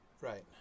Right